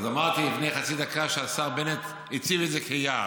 אמרתי לפני חצי דקה שהשר בנט הציג את זה כיעד.